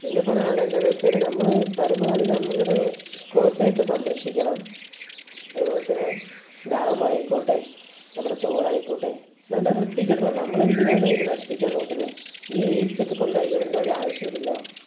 പിന്നെ പറയാനുള്ള എന്താണെന്നു വെച്ചാൽ നമ്മൾ പരമാവധി നമ്മുടെ കുളത്തേയൊക്കെ സംരക്ഷിക്കണം അതുപോലെതന്നെ ഡാമായിക്കോട്ടെ നമ്മുടെ തോടായിക്കോട്ടെ നല്ല വൃത്തിക്കിടണം നമ്മളെന്തിനാണ് അതിനെ നശിപ്പിക്കാൻ നോക്കുന്നത് ഈ വേസ്റ്റൊക്കെ കൊണ്ടുപോയി അതിലിടേണ്ട ഒരാവശ്യവുമില്ലല്ലോ